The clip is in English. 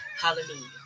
Hallelujah